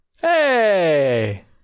Hey